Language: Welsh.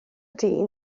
dyn